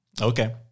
Okay